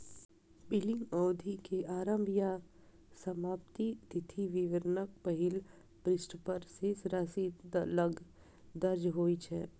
billing अवधि के आरंभ आ समाप्ति तिथि विवरणक पहिल पृष्ठ पर शेष राशि लग दर्ज होइ छै